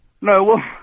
No